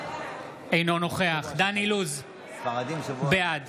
אינו נוכח דן אילוז, בעד